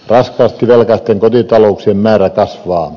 raskaasti velkaisten kotitalouksien määrä kasvaa